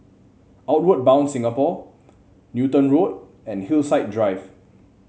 Outward Bound Singapore Newton Road and Hillside Drive